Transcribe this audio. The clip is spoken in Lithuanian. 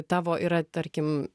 tavo yra tarkim